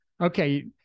Okay